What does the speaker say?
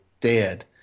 dead